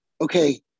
okay